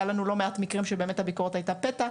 היו לנו לא מעט מקרים שבאמת הביקורת הייתה ביקורת פתע,